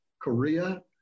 Korea